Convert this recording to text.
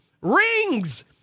rings